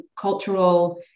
cultural